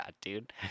Dude